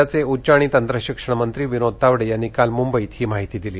राज्याचे उच्च आणि तंत्रशिक्षण मंत्री विनोद तावडे यांनी काल मुंबईत ही माहिती दिली